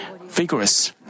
vigorous